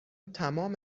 تمام